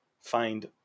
Find